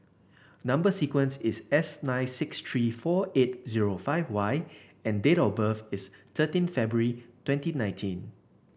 number sequence is S nine six three four eight zero five Y and date of birth is thirteen February twenty nineteen